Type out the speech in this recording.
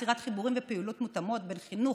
יצירת חיבורים ופעילויות מותאמות בין חינוך,